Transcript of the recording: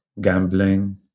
gambling